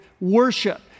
worship